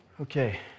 Okay